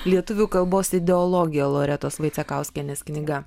lietuvių kalbos ideologija loretos vaicekauskienės knyga